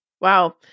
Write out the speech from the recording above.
Wow